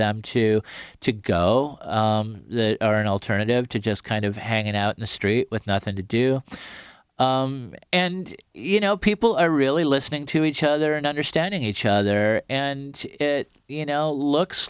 them to to go or an alternative to just kind of hanging out in the street with nothing to do and you know people are really listening to each other and understanding each other and you know it looks